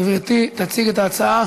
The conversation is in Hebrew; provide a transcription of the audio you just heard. גברתי תציג את ההצעה